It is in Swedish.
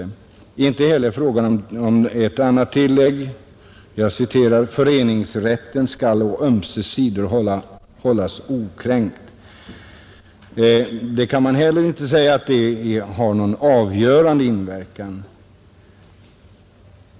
Inte heller tillägget: ”föreningsrätten skall å ömse sidor lämnas okränkt,” har någon avgörande inverkan.